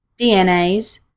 DNAs